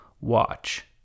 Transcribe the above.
watch